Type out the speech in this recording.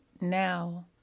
now